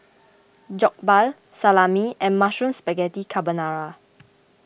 Jokbal Salami and Mushroom Spaghetti Carbonara